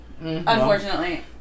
unfortunately